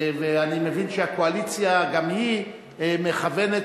ואני מבין שהקואליציה גם היא מכוונת